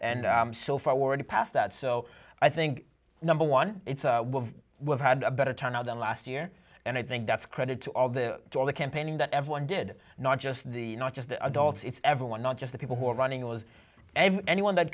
and so far already passed that so i think number one it's what had a better turnout than last year and i think that's credit to all the all the campaigning that everyone did not just the not just the adults it's everyone not just the people who are running it was anyone that